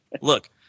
Look